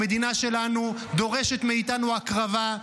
המדינה שלנו דורשת מאיתנו הקרבה,